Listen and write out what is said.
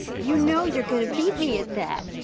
you know you're gonna beat me at that.